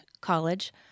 college